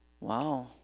Wow